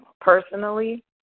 personally